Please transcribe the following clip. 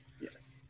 Yes